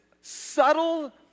subtle